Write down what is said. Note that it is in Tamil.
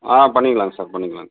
ஆ பண்ணிக்கலாங்க சார் பண்ணிக்கலாங்க சார்